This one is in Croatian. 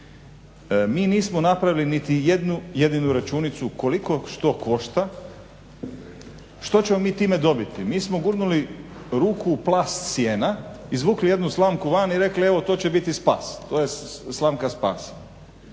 Mi nismo napravili niti jednu jedinu računicu koliko što košta, što ćemo mi time dobiti. Mi smo gurnuli ruku u plast sijena, izvukli jednu slamku van i rekli evo to će biti spas. To je slamka spasa.